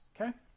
okay